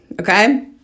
okay